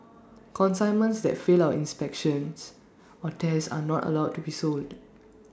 consignments that fail our inspections or tests are not allowed to be sold